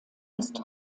ist